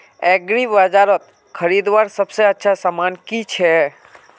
एग्रीबाजारोत खरीदवार सबसे अच्छा सामान की छे?